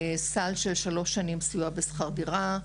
סל של שלוש שנים סיוע בשכר דירה: